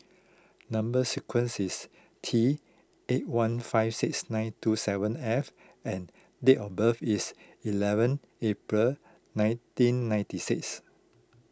Number Sequence is T eight one five six nine two seven F and date of birth is eleven April nineteen ninety six